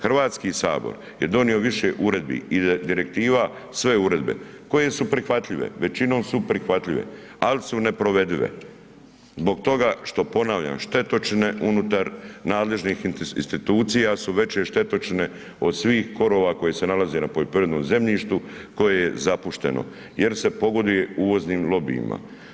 HS je donio više uredbi i direktiva, sve uredbe koje su prihvatljive, većinom su prihvatljive, ali su neprovedive zbog toga što, ponavljam, štetočine unutar nadležnih institucija su veće štetočine od svih korova koji se nalaze na poljoprivrednom zemljištu koje je zapušteno jer se pogoduje uvoznim lobijima.